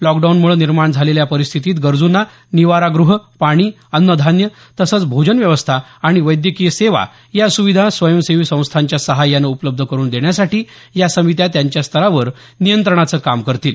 लॉकडाऊनमुळे निर्माण झालेल्या परिस्थितीत गरजूंना निवारागृह पाणी अन्नधान्य तसेच भोजन व्यवस्था आणि वैद्यकीय सेवा या सुविधा स्वयंसेवी संस्थाच्या साहाय्याने उपलब्ध करून देण्यासाठी या समित्या त्यांच्या स्तरावर नियंत्रणाचे काम करतील